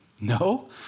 No